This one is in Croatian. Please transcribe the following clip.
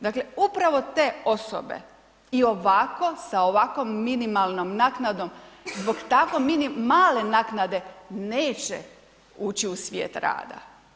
Dakle, upravo te osobe i ovako sa ovako minimalnom naknadom zbog tako male naknade neće ući u svijet rada.